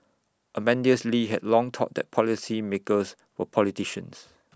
Amadeus lee had long thought that policymakers were politicians